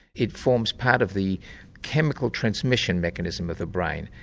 it forms part of the chemical transmission mechanism of the brain,